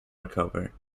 recover